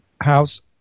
house